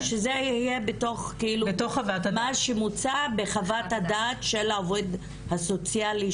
שזה יהיה בתוך מה שמוצע בחוות הדעת של העובד הסוציאלי,